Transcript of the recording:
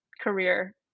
career